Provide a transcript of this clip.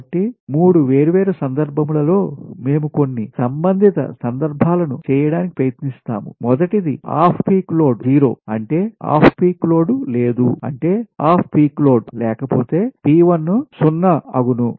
కాబట్టి 3 వేర్వేరు సందర్భములతో మేము కొన్ని సంబంధిత సందర్భాలను చేయడానికిప్రయత్నిస్తాము మొదటిది ఆఫ్ పీక్ లోడ్ 0 అంటే ఆఫ్ పీక్ లోడ్ లేదు అంటే ఆఫ్ పీక్ లోడ్ లేకపోతే P 1 0 అగును